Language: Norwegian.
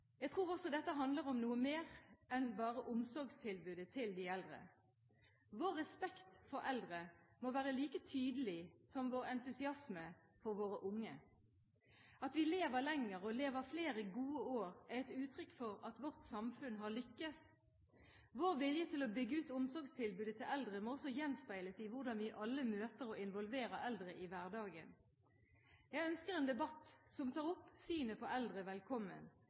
Jeg tror også dette handler om noe mer enn bare omsorgstilbudet til de eldre. Vår respekt for eldre må være like tydelig som vår entusiasme for våre unge. At vi lever lenger og lever flere gode år, er et uttrykk for at vårt samfunn har lyktes. Vår vilje til å bygge ut omsorgstilbudet til eldre må også gjenspeiles i hvordan vi alle møter og involverer eldre i hverdagen. Jeg ønsker en debatt som tar opp synet på eldre, velkommen.